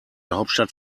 hauptstadt